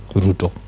ruto